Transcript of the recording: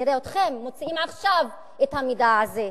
נראה אתכם מוציאים עכשיו את המידע הזה.